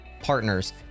Partners